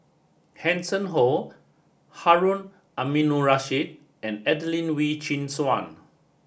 Hanson Ho Harun Aminurrashid and Adelene Wee Chin Suan